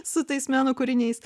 su tais meno kūriniais